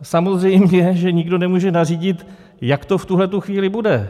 Samozřejmě že nikdo nemůže nařídit, jak to v tuhle chvíli bude.